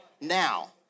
Now